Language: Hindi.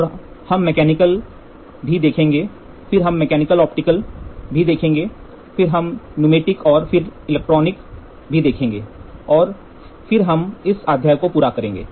तो हम मैकेनिकल भी देखेंगे फिर हम मैकेनिकल ऑप्टिकल mechanical optical भी देखेंगे फिर हम न्यूमेटिक और फिर इलेक्ट्रॉनिक भी देखेंगे और फिर हम इस अध्याय को पूरा करेंगे